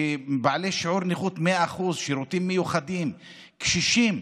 בעלי שיעור נכות 100%, שירותים מיוחדים, קשישים.